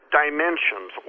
dimensions